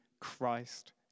Christ